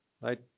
Right